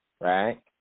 right